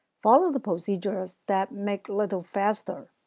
follow the procedures that make little faster,